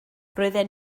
roedden